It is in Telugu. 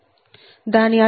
దాని అర్థం j 0